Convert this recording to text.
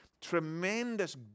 tremendous